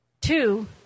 Two